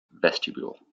vestibule